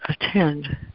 attend